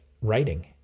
writing